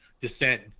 Descent